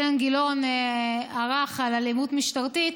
אילן גילאון ערך על אלימות משטרתית,